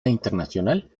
internacional